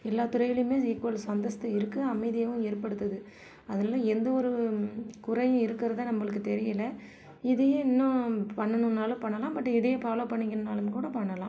எல்லா துறையிலேயுமே ஈக்குவல் அந்தஸ்து இருக்குது அமைதியும் ஏற்படுத்துது அதனால் எந்த ஒரு குறையும் இருக்குறதால் நம்பளுக்கு தெரியலை இதையே இன்னும் பண்ணணுன்னாலும் பண்ணலாம் பட் இதையே ஃபாலோவ் பண்ணிக்கனுன்னாலும் கூட பண்ணலாம்